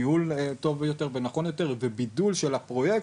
ניהול טוב יותר ונכון יותר ובידול של הפרויקט